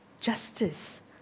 justice